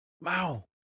Wow